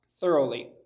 thoroughly